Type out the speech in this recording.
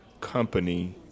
company